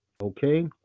Okay